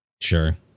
Sure